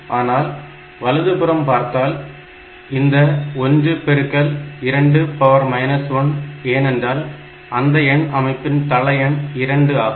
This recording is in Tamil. ஆனால் வலதுபுறம் பார்த்தால் இந்த 1 பெருக்கல் 2 1 ஏனென்றால் அந்த எண் அமைப்பின் தள எண் 2 ஆகும்